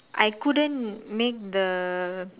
I couldn't make the